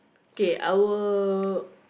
K I will